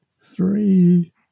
three